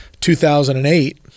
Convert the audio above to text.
2008